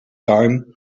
time